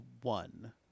one